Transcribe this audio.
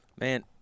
Man